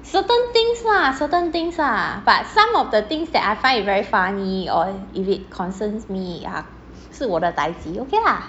certain things lah certain things lah but some of the things that I find it very funny or if it concerns me ah 是我的 daiji okay lah